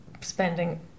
spending